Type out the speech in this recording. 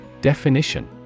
Definition